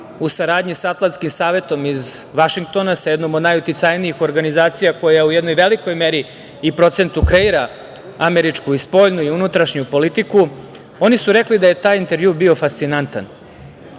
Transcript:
u saradnji sa Atlantskim savetom iz Vašingtona, sa jednom od najuticajnijih organizacija koja u jednoj velikoj meri i procentu kreira američku i spoljnu i unutrašnju politiku. Oni su rekli da je taj intervju bio fascinantan.